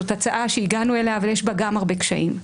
זאת הצעה שהגענו אליה אבל יש בה גם הרבה קשיים.